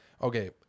okay